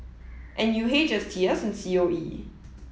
NUH STS and COE